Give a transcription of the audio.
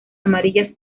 amarillas